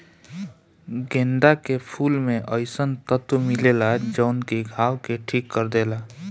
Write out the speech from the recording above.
गेंदा के फूल में अइसन तत्व मिलेला जवन की घाव के ठीक कर देला